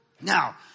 Now